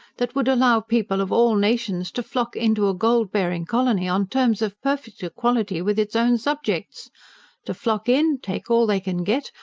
that would allow people of all nations to flock into a gold-bearing colony on terms of perfect equality with its own subjects to flock in, take all they can get,